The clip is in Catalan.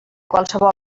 qualsevol